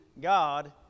God